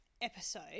episode